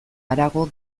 harago